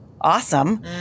awesome